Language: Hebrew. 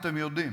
אתם יודעים.